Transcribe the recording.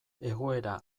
egoera